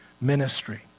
ministry